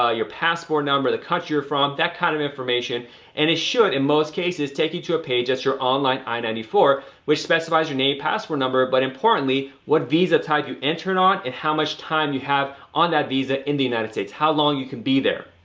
ah your passport number, the country you're from, that kind of information and it should in most cases take you to a page, that's your online i ninety four which specifies your name and passport number but importantly, what visa type you entered on, and how much time you have on that visa in the united states? how long you can be there?